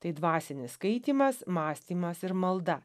tai dvasinis skaitymas mąstymas ir malda